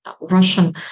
Russian